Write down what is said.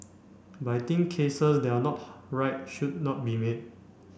but I think cases that are not right should not be made